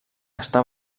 està